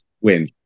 win